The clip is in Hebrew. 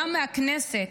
גם מהכנסת,